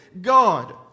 God